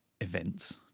events